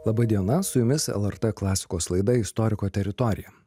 laba diena su jumis lrt klasikos laida istoriko teritorija